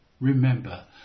Remember